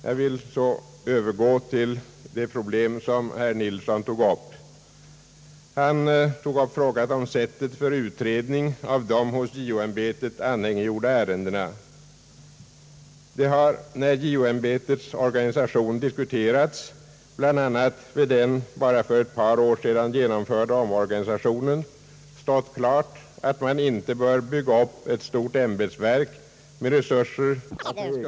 Jag vill så övergå till det problem som herr Nilsson tog upp, nämligen sättet för utredning av de hos JO-ämbetet anhängiggjorda ärendena. Det har när JO-ämbetets organisation diskuterats, bl.a. vid den för bara ett par år sedan genomförda omorganisationen, stått klart att man inte bör bygga upp ett stort ämbetsverk med resurser att med egna arbetskrafter utreda alla inkommande ärenden.